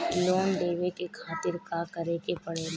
Loan लेवे के खातिर का करे के पड़ेला?